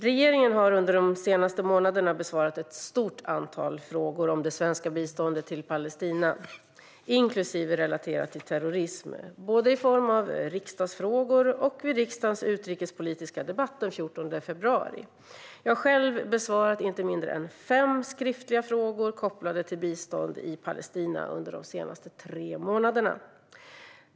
Regeringen har under de senaste månaderna besvarat ett stort antal frågor om det svenska biståndet till Palestina, inklusive sådana relaterade till terrorism, både i form av riksdagsfrågor och vid riksdagens utrikespolitiska debatt den 14 februari. Jag har själv besvarat inte mindre än fem skriftliga frågor kopplade till bistånd i Palestina under de senaste tre månaderna.